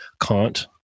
Kant